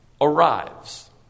arrives